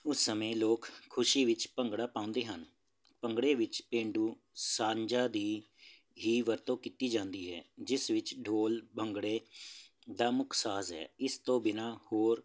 ਉਸ ਸਮੇਂ ਲੋਕ ਖੁਸ਼ੀ ਵਿੱਚ ਭੰਗੜਾ ਪਾਉਂਦੇ ਹਨ ਭੰਗੜੇ ਵਿੱਚ ਪੇਂਡੂ ਸਾਜ਼ਾਂ ਦੀ ਹੀ ਵਰਤੋਂ ਕੀਤੀ ਜਾਂਦੀ ਹੈ ਜਿਸ ਵਿੱਚ ਢੋਲ ਭੰਗੜੇ ਦਾ ਮੁੱਖ ਸਾਜ਼ ਹੈ ਇਸ ਤੋਂ ਬਿਨ੍ਹਾਂ ਹੋਰ